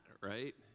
right